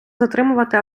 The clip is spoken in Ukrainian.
затримувати